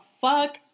fuck